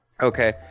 Okay